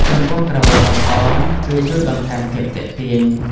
ចំពោះក្រវិលបណ្តោង វាជួយបន្ថែមភាពទាក់ទាញ។